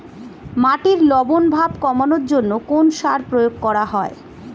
মাটির লবণ ভাব কমানোর জন্য কোন সার প্রয়োগ করা হয়?